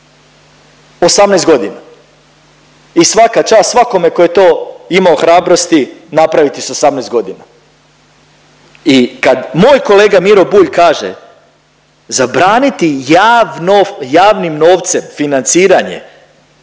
18.g. i svaka čast svakome ko je to imao hrabrosti napravit s 18.g. i kad moj kolega Miro Bulj kaže zabraniti javno, javnim novcem financiranje